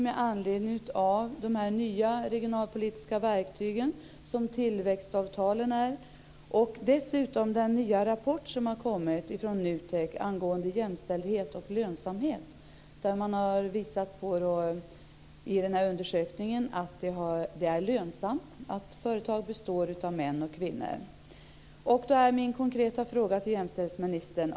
Med anledning av de nya regionalpolitiska verktyg som tillväxtavtalen är, och den nya rapport som kommit från NUTEK angående jämställdhet och lönsamhet, där man har visat på att det är lönsamt att företag består av män och kvinnor, vill jag nu ställa en konkret fråga till jämställdhetsministern.